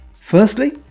Firstly